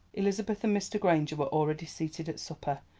elizabeth and mr. granger were already seated at supper.